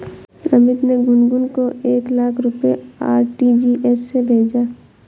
अमित ने गुनगुन को एक लाख रुपए आर.टी.जी.एस से भेजा